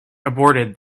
aborted